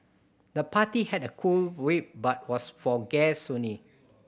the party had a cool vibe but was for guests only